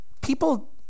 People